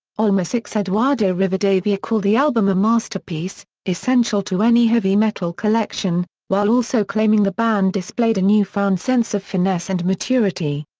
allmusic's eduardo rivadavia call the album a masterpiece, essential to any heavy metal collection, while also claiming the band displayed a newfound sense of finesse and maturity.